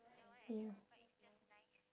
ya